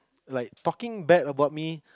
like talking bad about me